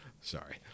Sorry